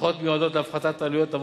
התמיכות מיועדות להפחתת עלויות עבור